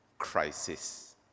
crisis